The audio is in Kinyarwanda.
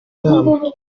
nama